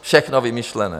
Všechno vymyšlené.